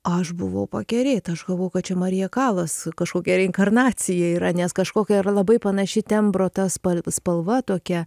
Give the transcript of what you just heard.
aš buvau pakerėta aš galvojau kad čia marija kalas kažkokia reinkarnacija yra nes kažkokia ar labai panaši tembro ta spal spalva tokia